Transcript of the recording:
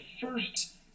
first